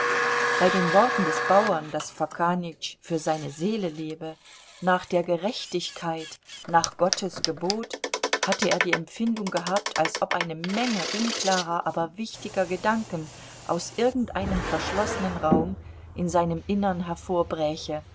bei den worten des bauern daß fokanütsch für seine seele lebe nach der gerechtigkeit nach gottes gebot hatte er die empfindung gehabt als ob eine menge unklarer aber wichtiger gedanken aus irgendeinem verschlossenen raum in seinem innern hervorbräche